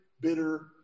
bitter